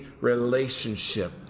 relationship